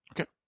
Okay